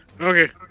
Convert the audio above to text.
Okay